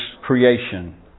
creation